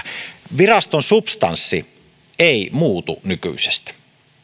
viraston substanssi ei muutu nykyisestä